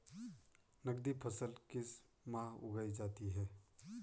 नकदी फसल किस माह उगाई जाती है?